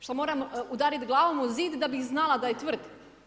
Što moram udariti glavom u zid da bih znala da je tvrd?